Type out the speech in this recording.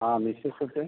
हां मिसेस होते